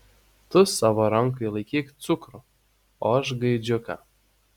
tu savo rankoje laikyk cukrų o aš gaidžiuką